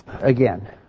again